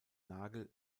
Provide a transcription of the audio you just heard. nagel